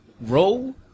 Roll